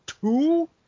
two